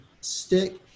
stick